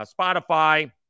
Spotify